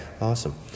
awesome